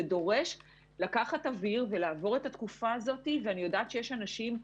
זה לא הגיוני מה שאתם אומרים.